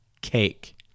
cake